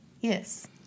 Yes